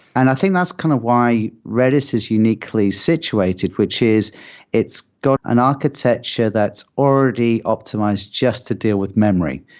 and i think that's kind of why redis is uniquely situated, which is it's got an architecture that's already optimized just to deal with memory.